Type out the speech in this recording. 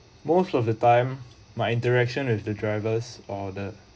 most of the time my interaction with the drivers or the